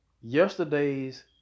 yesterday's